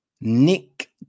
Nick